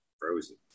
Frozen